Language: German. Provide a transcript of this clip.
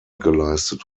geleistet